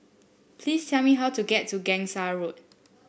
please tell me how to get to Gangsa Road